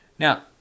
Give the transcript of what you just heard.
Now